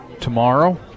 tomorrow